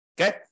Okay